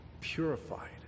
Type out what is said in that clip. purified